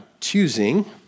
choosing